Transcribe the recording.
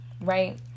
right